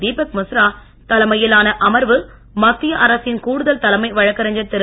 தீபக் மிஸ்ரா தலைமையிலான அமர்வு மத்திய அரசின் கூடுதல் தலைமை வழக்கறிஞர் திரு